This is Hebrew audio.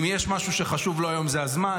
אם משהו שחשוב לו היום הוא הזמן,